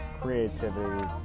creativity